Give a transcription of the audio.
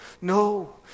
no